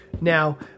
Now